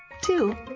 two